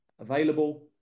available